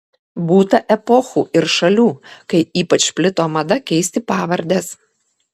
būta epochų ir šalių kai ypač plito mada keisti pavardes